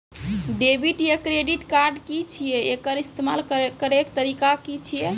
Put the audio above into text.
Debit या credit card की छियै? एकर इस्तेमाल करैक तरीका की छियै?